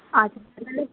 আচ্ছা তাহলে